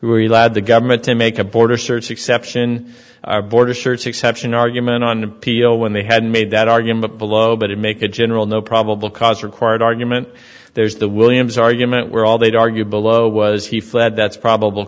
lad the government to make a border search exception our border shirts exception argument on appeal when they had made that argument below but it make a general no probable cause required argument there's the williams argument where all they'd argue below was he fled that's probable